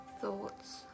thoughts